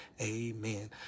amen